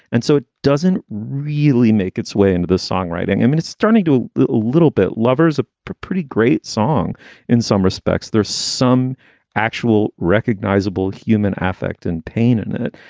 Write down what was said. and so it doesn't really make its way into the songwriting. i mean, it's starting to a little bit lovers' a pretty great song in some respects. there's some actual recognizable human affect and pain in it.